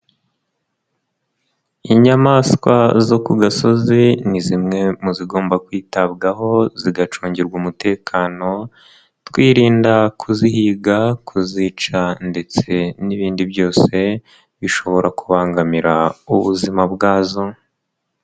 Inyamaswa zo ku gasozi ni zimwe mu zigomba kwitabwaho zigacungirwa umutekano, twirinda kuzihiga kuzica ndetse n'ibindi byose, bishobora kubangamira ubuzima bwazo.